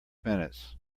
minutes